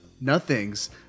nothing's